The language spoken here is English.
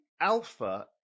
alpha